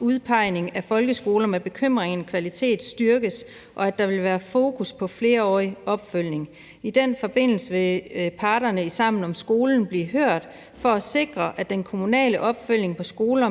udpegning af folkeskoler, hvor der er bekymring for kvaliteten, styrkes. Og der vil være fokus på flerårig opfølgning. I den forbindelse vil parterne i Sammen om skolen blive hørt for at sikre, at den kommunale opfølgning på skoler